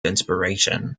inspiration